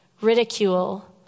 ridicule